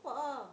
!wow!